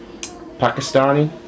Pakistani